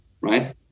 right